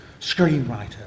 screenwriter